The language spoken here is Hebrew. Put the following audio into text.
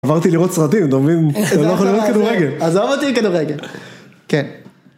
עברתי לראות סרטים דומים, אתה לא יכול לראות כדורגל, עזוב אותי כדורגל, כן.